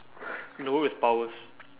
in a world with powers